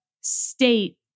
state